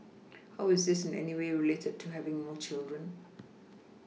how's this in any way related to having more children